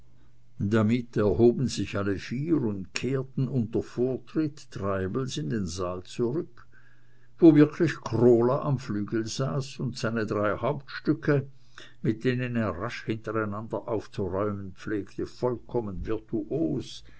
damit erhoben sich alle vier und kehrten unter vortritt treibels in den saal zurück wo wirklich krola am flügel saß und seine drei hauptstücke mit denen er rasch hintereinander aufzuräumen pflegte vollkommen virtuos